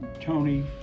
Tony